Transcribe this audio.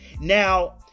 Now